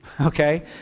okay